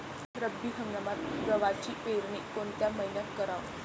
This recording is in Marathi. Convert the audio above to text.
रब्बी हंगामात गव्हाची पेरनी कोनत्या मईन्यात कराव?